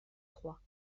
trois